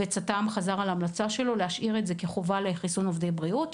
וצט"מ חזר על ההמלצה שלו להשאיר את זה כחובה לחיסון עובדי בריאות.